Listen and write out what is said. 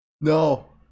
No